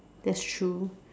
that's true